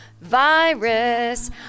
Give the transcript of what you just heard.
virus